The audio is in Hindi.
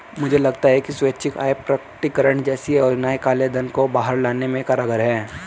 मुझे लगता है कि स्वैच्छिक आय प्रकटीकरण जैसी योजनाएं काले धन को बाहर लाने में कारगर हैं